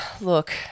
look